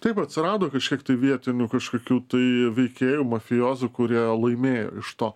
taip atsirado kažkiek tai vietinių kažkokių tai veikėjų mafijozų kurie laimėjo iš to